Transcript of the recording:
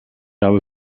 habe